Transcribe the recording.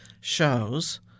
shows